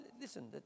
Listen